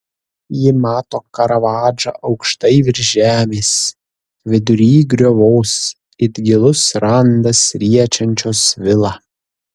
ji mato karavadžą aukštai virš žemės vidury griovos it gilus randas riečiančios vilą